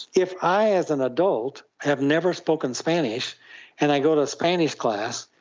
if i as an adult have never spoken spanish and i go to spanish class,